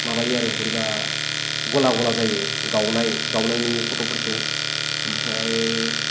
माबायो आरो बोरैबा गला गला जायो गावनाय गावनाय नुयो फट'फोरखौ ओमफ्राय